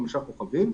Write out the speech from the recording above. חמישה כוכבים.